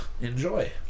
Enjoy